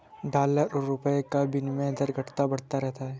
dollar और रूपए का विनियम दर घटता बढ़ता रहता है